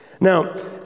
Now